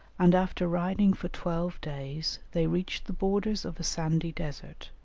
and after riding for twelve days they reached the borders of a sandy desert,